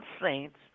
saints